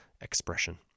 expression